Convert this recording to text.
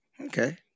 Okay